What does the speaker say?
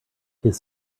his